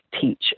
teach